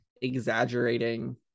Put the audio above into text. exaggerating